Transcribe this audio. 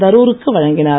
தர் ருக்கு வழங்கினார்